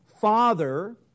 father